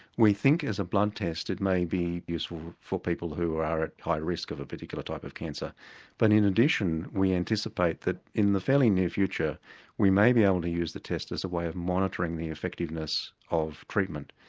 we think as a blood test it may be useful for people who are are at high risk of a particular type of cancer but in addition we anticipate that in the fairly near future we may be able to use the test as a way of monitoring the effectiveness of treatment.